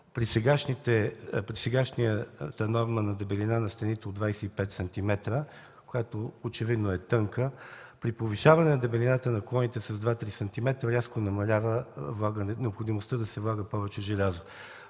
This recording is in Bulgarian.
при сегашната норма на дебелина на стените от 25 см, което очевидно е тънка, при повишаване на дебелината на колоните с 2-3 см, рязко намалява необходимостта да се влага повече желязо.